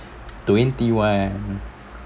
twenty one